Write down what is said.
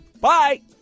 Bye